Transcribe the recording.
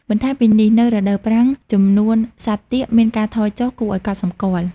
បន្ថែមពីនេះនៅរដូវប្រាំង ចំនួនសត្វទាកមានការថយចុះគួរឲ្យកត់សម្គាល់។